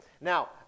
Now